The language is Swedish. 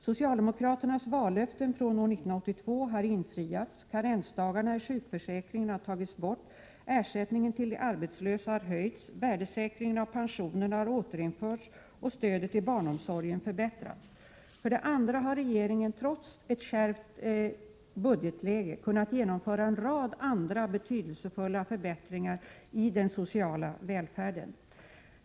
Socialdemokraternas vallöften från år 1982 har infriats. Karensdagarna i sjukförsäkringen har tagits bort, ersättningen till de arbetslösa har höjts, värdesäkringen av pensionerna har återinförts, och stödet till barnomsorgen har förbättrats. Dessutom har regeringen, trots ett kärvt budgetläge, kunnat genomföra en rad andra betydelsefulla förbättringar i den sociala välfärden.